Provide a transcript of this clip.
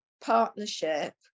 partnership